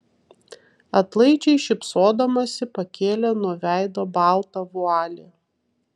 atlaidžiai šypsodamasi pakėlė nuo veido baltą vualį